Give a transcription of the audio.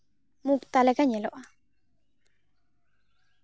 ᱢᱩᱠᱛᱟ ᱞᱮᱠᱟ ᱧᱮᱞᱚᱜᱼᱟ